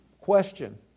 question